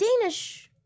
Danish